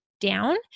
down